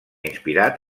inspirat